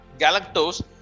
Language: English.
galactose